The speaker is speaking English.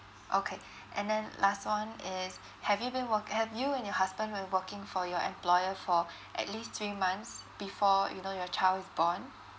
okay and then last one is have you been wor~ have you and your husband been working for your employer for at least three months before you know your child is born